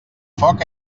foc